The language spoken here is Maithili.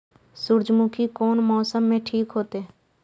सूर्यमुखी कोन मौसम में ठीक होते?